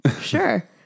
Sure